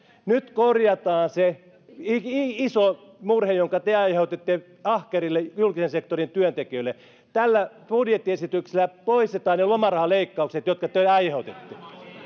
nyt korjataan se iso murhe jonka te aiheutitte ahkerille julkisen sektorin työntekijöille tällä budjettiesityksellä poistetaan ne lomarahaleikkaukset jotka te aiheutitte